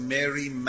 Mary